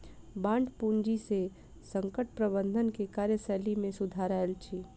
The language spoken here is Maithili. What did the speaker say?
बांड पूंजी से संकट प्रबंधन के कार्यशैली में सुधार आयल अछि